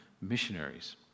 missionaries